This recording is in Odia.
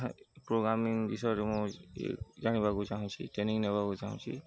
ପ୍ରୋଗ୍ରାମିଂ ବିଷୟରେ ମୁଁ ଜାଣିବାକୁ ଚାହୁଁଛି ଟ୍ରେନିଂ ନେବାକୁ ଚାହୁଁଛି